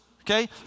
okay